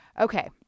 Okay